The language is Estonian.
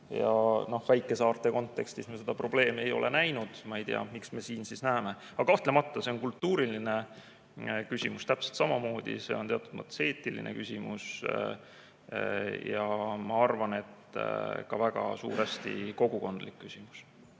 Väikesaarte kontekstis me seda probleemi ei ole näinud, ma ei tea, miks me siis siin näeme. Aga kahtlemata see on kultuuriline küsimus, täpselt samamoodi on see teatud mõttes eetiline küsimus ja ma arvan, et väga suuresti ka kogukondlik küsimus.